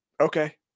okay